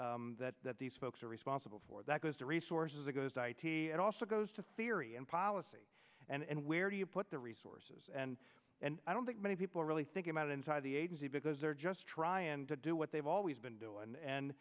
entry that these folks are responsible for that goes to resources that goes it also goes to theory and policy and where do you put the resources and and i don't think many people are really thinking about inside the agency because they're just trying to do what they've always been doing and